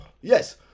Yes